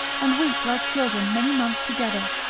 and weep like children many months together,